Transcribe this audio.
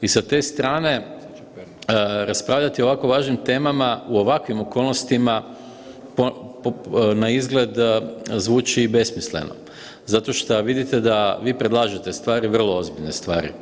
I sa te strane raspravljati o ovako važnim temama u ovakvim okolnostima na izgled zvuči besmisleno, zato šta vidite da vi predlažete stvari, vrlo ozbiljne stvari.